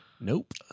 Nope